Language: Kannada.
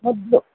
ಮೊದಲು